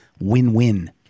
win-win